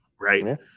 right